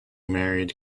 married